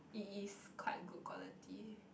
it is quite good quality